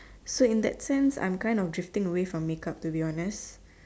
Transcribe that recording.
so in that sense I am kind of drifting away from make up to be honest